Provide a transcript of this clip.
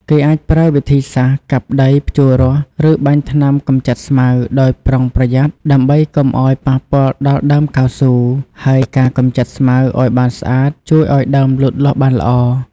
គេអាចប្រើវិធីសាស្រ្តកាប់ដី ភ្ជួររាស់ ឬបាញ់ថ្នាំកម្ចាត់ស្មៅ ដោយប្រុងប្រយ័ត្នដើម្បីកុំឱ្យប៉ះពាល់ដល់ដើមកៅស៊ូ ហើយការកម្ចាត់ស្មៅឱ្យបានស្អាតជួយឱ្យដើមលូតលាស់បានល្អ។